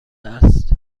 است